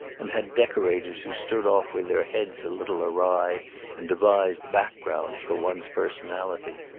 and had decorators who stood off with their heads a little awry and devised backgrounds for one's personality.